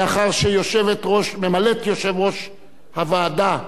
לאחר שממלאת-מקום יושב-ראש הוועדה,